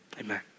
Amen